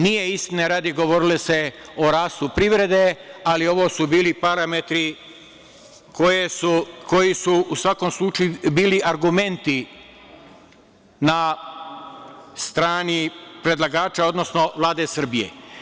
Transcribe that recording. Nije, istine radi, govorilo se o rastu privrede, ali ovo su bili parametri koji su u svakom slučaju bili argumenti na strani predlagača, odnosno Vlade Srbije.